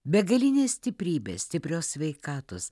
begalinės stiprybės stiprios sveikatos